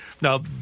Now